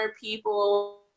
people